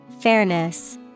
Fairness